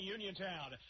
Uniontown